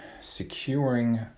securing